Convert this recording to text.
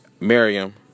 Miriam